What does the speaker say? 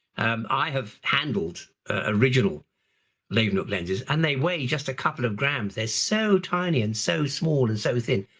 um i have handled original leeuwenhoek lenses and they weigh just a couple of grams, they're so tiny and so small and so thin.